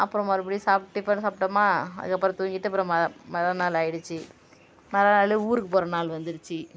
அப்புறோம் மறுபுடியும் சாப்பிட்டு டிஃபன் சாப்பிட்டோமா அதற்கப்புறோம் தூக்கிட்டு அப்புறம் ம மரான்நாள் ஆயிடுச்சு மரானாள் ஊருக்கு போகற நாள் வந்துருச்சு